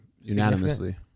Unanimously